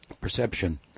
perception